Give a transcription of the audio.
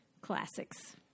classics